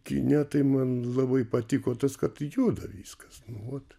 kine tai man labai patiko tas kad juda viskas nu vat